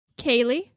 Kaylee